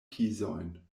pizojn